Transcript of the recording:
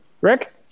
Rick